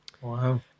Wow